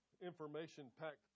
information-packed